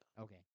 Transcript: okay